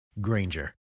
Granger